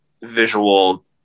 visual